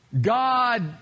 God